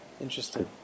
Interesting